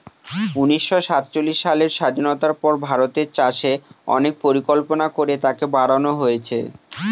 উনিশশো সাতচল্লিশ সালের স্বাধীনতার পর ভারতের চাষে অনেক পরিকল্পনা করে তাকে বাড়নো হয়েছে